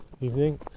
Evening